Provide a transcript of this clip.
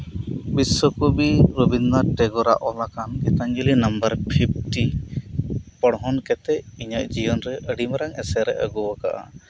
ᱵᱤᱥᱥᱚ ᱠᱚᱵᱤ ᱨᱚᱵᱤᱱᱫᱨᱚᱱᱟᱛᱷ ᱴᱮᱜᱚᱨᱟᱜ ᱚᱞ ᱟᱠᱟᱱ ᱜᱤᱛᱟᱧ ᱡᱚᱞᱤ ᱱᱟᱢᱵᱟᱨ ᱯᱷᱤᱯᱴᱤ ᱯᱚᱲᱦᱚᱱ ᱠᱟᱛᱮᱜ ᱤᱧᱟᱹᱜ ᱡᱤᱭᱚᱱ ᱨᱮ ᱟᱹᱰᱤ ᱢᱟᱨᱟᱝ ᱮᱥᱮᱨ ᱮ ᱟᱹᱜᱩᱣᱟᱠᱟᱫ ᱟ